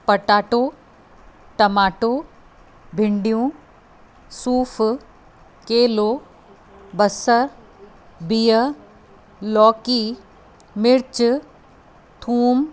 potato tomato भिंडियूं सूफ़ केलो बसरि बीह लौकी मिर्च थूम